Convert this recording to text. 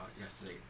yesterday